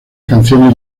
canciones